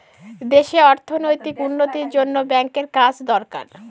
দেশে অর্থনৈতিক উন্নতির জন্য ব্যাঙ্কের কাজ দরকার